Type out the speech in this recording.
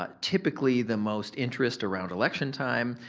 ah typically the most interest around election time,